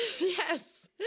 Yes